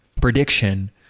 Prediction